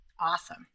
Awesome